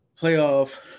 playoff